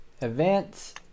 events